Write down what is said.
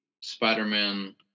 Spider-Man